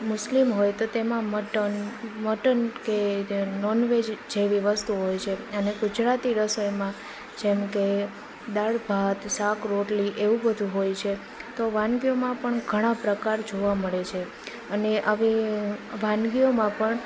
મુસ્લિમ હોય તો તેમાં મટન મટન કે જે નોનવેજ જેવી વસ્તુઓ હોય છે અને ગુજરાતી રસોઈમાં જેમ કે દાળ ભાત શાક રોટલી એવું બધું હોય છે તો વાનગીઓમાં પણ ઘણા પ્રકાર જોવા મળે છે અને આવી વાનગીઓમાં પણ